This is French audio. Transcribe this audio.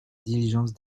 diligence